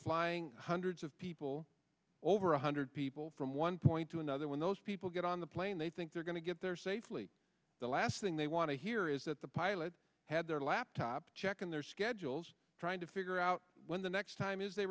flying hundreds of people over one hundred people from one point to another when those people get on the plane they think they're going to get there safely the last thing they want to hear is that the pilot had their laptop checking their schedules trying to figure out when the next time is they